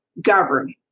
govern